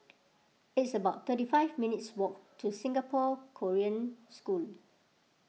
it's about thirty five minutes' walk to Singapore Korean School